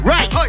Right